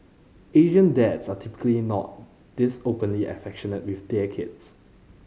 Asian dads are typically not this openly affectionate with their kids